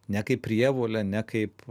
ne kaip prievolė ne kaip